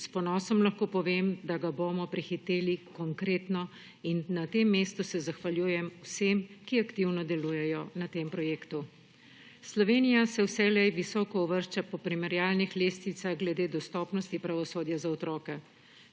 S ponosom lahko povem, da ga bomo prehiteli konkretno, in na tem mestu se zahvaljujem vsem, ki aktivno delujejo na tem projektu. Slovenija se vselej visoko uvršča po primerjalnih lestvicah glede dostopnosti pravosodja za otroke.